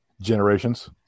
Generations